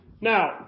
Now